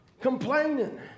Complaining